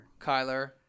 Kyler